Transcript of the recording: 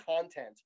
content